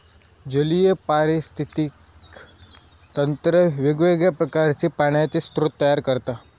जलीय पारिस्थितिकी तंत्र वेगवेगळ्या प्रकारचे पाण्याचे स्रोत तयार करता